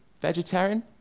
vegetarian